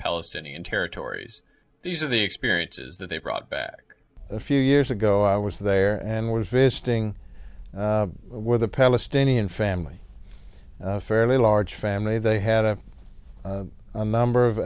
palestinian territories these are the experiences that they brought back a few years ago i was there and was visiting with a palestinian family a fairly large family they had a number of